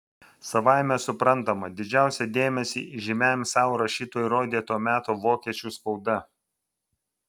savaime suprantama didžiausią dėmesį įžymiajam savo rašytojui rodė to meto vokiečių spauda